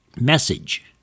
message